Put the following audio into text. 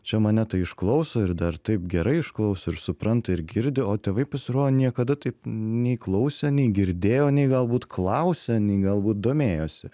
čia mane tai išklauso ir dar taip gerai išklauso ir supranta ir girdi o tėvai pasirodo niekada taip nei klausė nei girdėjo nei galbūt klausia nei galbūt domėjosi